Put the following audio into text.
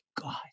god